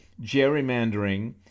gerrymandering